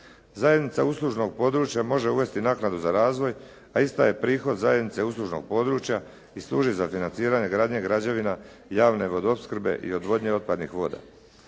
Zajednica uslužnog područja može uvesti naknadu za razvoj, a ista je prihod zajednica uslužnog područja i služi za financiranje gradnje građevina javne vodoopskrbe i odvodnje otpadnih voda.